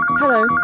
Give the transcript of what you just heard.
Hello